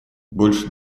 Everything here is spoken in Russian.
больше